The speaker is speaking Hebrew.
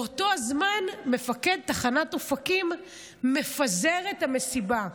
באותו הזמן מפקד תחנת אופקים מפזר את המסיבה.